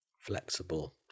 flexible